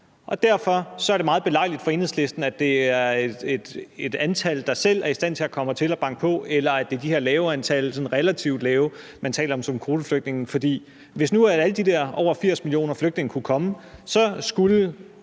derfor er meget belejligt for Enhedslisten, at det er et antal, der selv er i stand til at komme hertil og banke på, eller at det er de her sådan relativt lave antal, man taler om som kvoteflygtninge. For hvis nu alle de der over 80 millioner flygtninge kunne komme, skulle